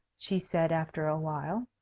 she said after a while.